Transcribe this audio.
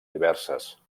diverses